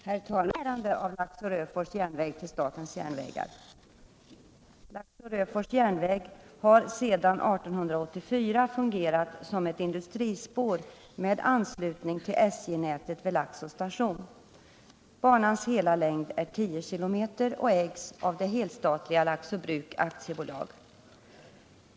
Herr talman! I det betänkande som nu behandlas förekommer bl.a. motionen 576, vari Sture Ericson och jag föreslår riksdagen att uppmana regeringen att pröva ett överförande av Laxå-Röfors järnväg till statens järnvägar.